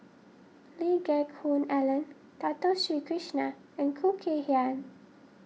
Lee Geck Hoon Ellen Dato Sri Krishna and Khoo Kay Hian